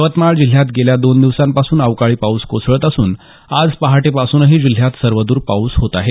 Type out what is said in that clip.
यवतमाळ जिल्ह्यात गेल्या दोन दिवसांपासून अवकाळी पाऊस कोसळत असून आज पहाटेपासूनही जिल्ह्यात सर्वद्र पाऊस होत आहे